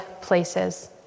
places